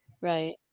Right